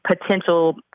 potential